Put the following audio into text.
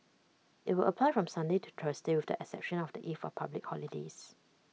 IT will apply from Sunday to Thursday with the exception of the eve of public holidays